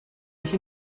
nicht